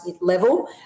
level